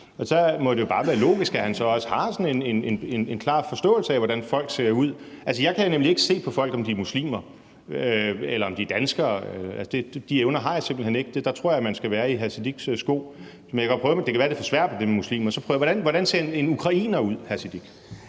Og der må det jo bare være logisk, at han så også har sådan en klar forståelse af, hvordan folk ser ud. Altså, jeg kan nemlig ikke se på folk, om de er muslimer, eller om de er danskere. De evner har jeg simpelt hen ikke. Der tror jeg, at man skal være i hr. Sikandar Siddiques sko, men det kan være, at det er for svært med det med muslimer, så jeg prøver at spørge hr. Sikandar